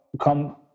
come